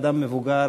אדם מבוגר,